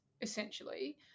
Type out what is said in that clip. essentially